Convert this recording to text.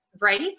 Right